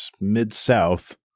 mid-south